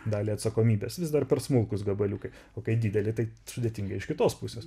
dalį atsakomybės vis dar per smulkūs gabaliukai o kai didelė tai sudėtinga iš kitos pusės